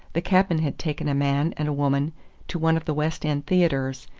the cabman had taken a man and a woman to one of the west end theatres,